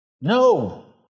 No